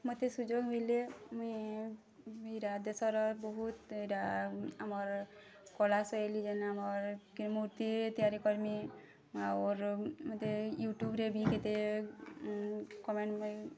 ମତେ ସୁଯୋଗ ମିଲିଲେ ମୁଇଁ ମେରା ଦେଶର୍ ବହୁତ୍ ଏଇଟା ଆମର୍ କଳା ଶୈଳୀ ଯେନ୍ ଆମର୍ କେ ମୂର୍ତ୍ତି ତିଆରି କରିମି ଅର୍ ମତେ ୟୁଟୁବ୍ରେ ବି କେତେ କମେଣ୍ଟ୍ ପାଇ